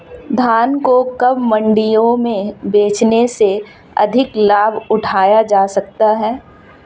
धान को कब मंडियों में बेचने से अधिक लाभ उठाया जा सकता है?